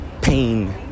pain